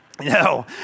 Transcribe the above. No